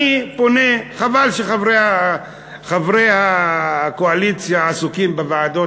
חבל שחברי הקואליציה עסוקים בוועדות,